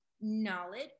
knowledge